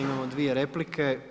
Imamo dvije replike.